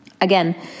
Again